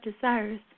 desires